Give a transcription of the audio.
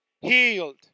healed